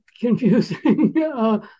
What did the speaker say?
confusing